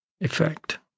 effect